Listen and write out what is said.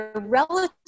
Relative